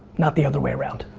not the other way around.